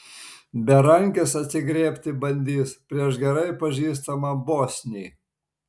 berankis atsigriebti bandys prieš gerai pažįstamą bosnį